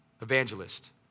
evangelist